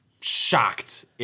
shocked